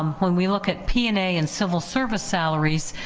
um when we look at p and a and civil service salaries,